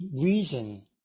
reason